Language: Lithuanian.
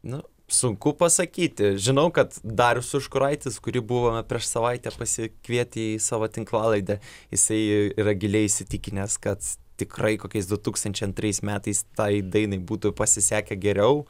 na sunku pasakyti žinau kad darius užkuraitis kurį buvome prieš savaitę pasikvietę į savo tinklalaidę jisai yra giliai įsitikinęs kad tikrai kokiais du tūkstančiai antrais metais tai dainai būtų pasisekę geriau